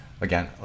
again